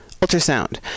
ultrasound